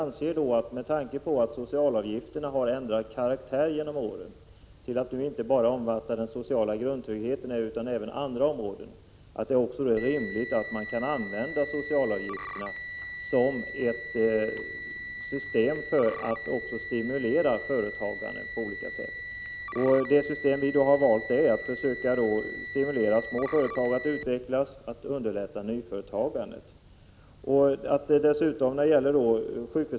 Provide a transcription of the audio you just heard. Med tanke på att socialavgifterna har ändrat karaktär med åren till att numera inte bara omfatta den sociala grundtryggheten utan även andra områden, finner vi det rimligt att socialavgifterna används som ett system för att stimulera företagandet på olika sätt. Det system som vi har valt går ut på att försöka stimulera små företag att utvecklas och underlätta nyföretagandet.